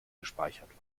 gespeichert